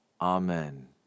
Amen